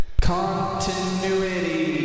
continuity